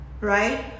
Right